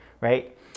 right